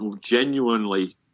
genuinely